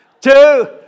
two